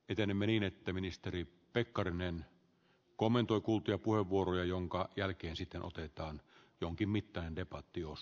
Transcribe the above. etenemme niin että ministeri pekkarinen kommentoi kuultuja puheenvuoroja jonka jälkeen sitä nostetaan arvoisa puhemies